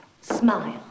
Smile